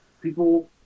People